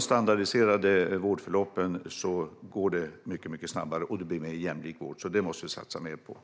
Standardiserade vårdförlopp gör att det går mycket snabbare och att vården blir mer jämlik, så det måste vi satsa mer på.